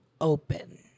open